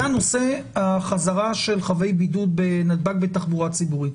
היה נושא החזרה של חבי בידוד בנתב"ג בתחבורה ציבורית,